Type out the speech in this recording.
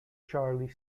charlie